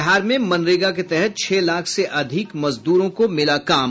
बिहार में मनरेगा के तहत छह लाख से अधिक मजदूरों को मिला काम